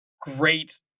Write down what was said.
great